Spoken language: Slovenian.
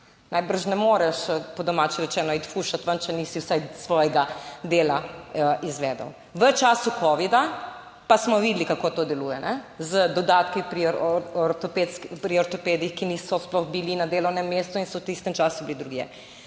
Najbrž ne moreš, po domače rečeno, iti fušati ven, če nisi vsaj svojega dela izvedel. V času covida pa smo videli, kako to deluje z dodatki pri ortopedih, ki niso sploh bili na delovnem mestu in so v tistem času bili drugje.